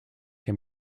can